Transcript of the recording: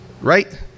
right